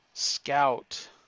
Scout